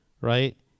right